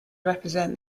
represent